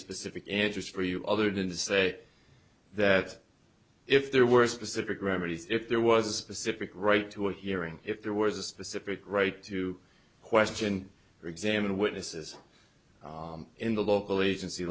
specific answers for you other than to say that if there were specific remedies if there was a specific right to a hearing if there was a specific right to question examine witnesses in the local